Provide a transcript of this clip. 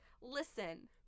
Listen